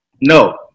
no